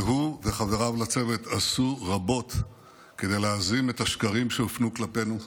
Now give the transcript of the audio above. והוא וחבריו לצוות עשו רבות כדי להזים את השקרים שהופנו כלפינו,